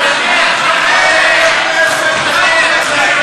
אין לכנסת אמון בממשלה.